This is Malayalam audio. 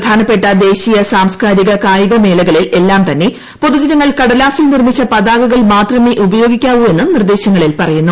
പ്രധാനപ്പെട്ട ദേശീയ സാംസ്കാരിക കായികമേളകളിൽ എല്ലാംതന്നെ പൊതുജനങ്ങൾ കടലാസിൽ നിർമിച്ച പതാകകൾ മാത്രമേ ഉപയോഗിക്കാവു എന്നും നിർദ്ദേശങ്ങളിൽ പറയുന്നു